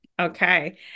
Okay